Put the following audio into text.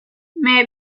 may